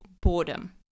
boredom